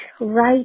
right